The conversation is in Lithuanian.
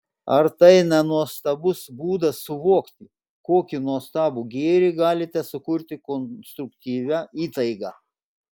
ar tai ne nuostabus būdas suvokti kokį nuostabų gėrį galite sukurti konstruktyvia įtaiga